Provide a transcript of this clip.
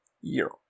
year